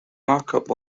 markup